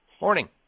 Morning